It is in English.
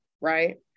right